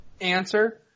answer